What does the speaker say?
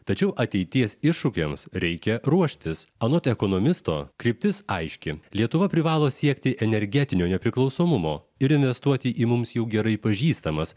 tačiau ateities iššūkiams reikia ruoštis anot ekonomisto kryptis aiški lietuva privalo siekti energetinio nepriklausomumo ir investuoti į mums jau gerai pažįstamas